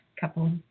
couple